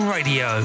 Radio